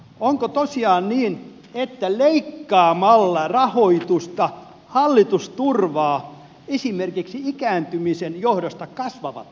onko tosiaan niin että leikkaamalla rahoitusta hallitus turvaa esimerkiksi ikääntymisen johdosta kasvavat hoitopalvelut